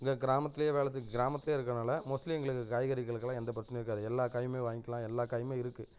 இங்கே கிராமத்துலேயே வேலை செஞ்சு கிராமத்துலேயே இருக்கறதுனால மோஸ்ட்லி எங்களுக்கு காய்கறிகளுக்கெல்லாம் எந்த பிரச்சனையும் இருக்காது எல்லா காயுமே வாங்கிக்கலாம் எல்லா காயுமே இருக்குது